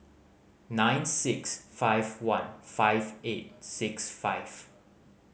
nine six five one five eight six five